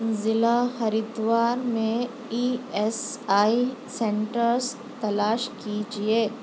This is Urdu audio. ضلع ہریدوار میں ای ایس آئی سینٹرس تلاش کیجیے